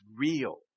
real